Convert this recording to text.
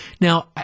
Now